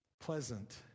pleasant